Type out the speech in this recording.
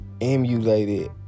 emulated